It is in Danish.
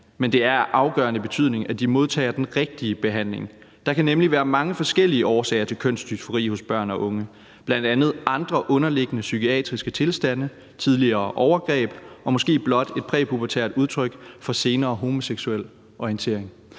Men det er af afgørende betydning, at de modtager den rigtige behandling. Der kan nemlig være mange forskellige årsager til kønsdysfori hos børn og unge, bl.a. andre underliggende psykiatriske tilstande, tidligere overgreb eller måske blot et præpubertært udtryk for senere homoseksuel orientering.«